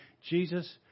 Jesus